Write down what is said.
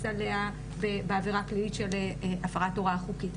עליה בעבירה הפלילית של הפרת הוראה חוקית.